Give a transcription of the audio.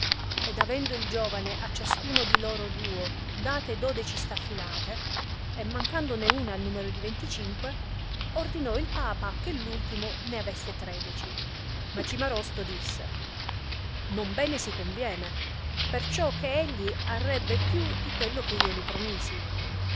ed avendo il giovane a ciascuno di lor duo date dodeci staffilate e mancandone una al numero di venticinque ordinò il papa che l ultimo ne avesse tredeci ma cimarosto disse non bene si conviene perciò che egli arrebbe più di quello che io li promisi